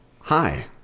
Hi